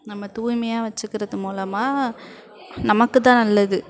நம்ம தூய்மையாக வச்சுக்கிறது மூலமாக நமக்கு தான் நல்லது